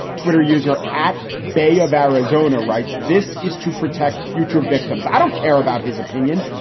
twitter user at bay of arizona writes, this is to protect future victims. i don't care about his opinion.